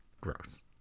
Gross